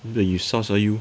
the you sus ah you